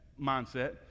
mindset